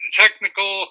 technical